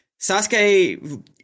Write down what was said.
Sasuke